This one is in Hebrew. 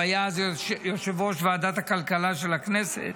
הוא היה אז יושב-ראש ועדת הכלכלה של הכנסת,